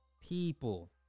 people